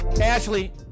Ashley